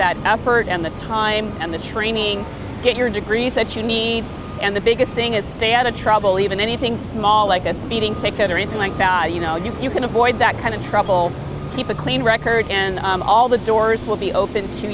that effort and the time and the training get your degree set you need and the biggest thing is stay out of trouble even anything small like a speeding ticket or anything like you know you can avoid that end of trouble keep it clean record and all the doors will be open to